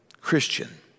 Christian